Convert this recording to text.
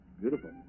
Beautiful